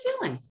feeling